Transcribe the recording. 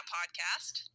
Podcast